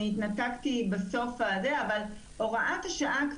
התנתקתי בסוף דבריך אבל הוראת השעה,